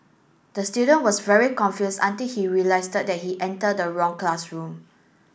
the student was very confused until he realised that he entered the wrong classroom